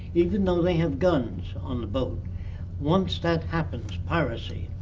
even though they have guns on the boat once that happens, piracy,